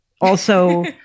Also-